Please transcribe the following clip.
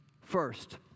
First